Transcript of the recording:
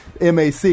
Mac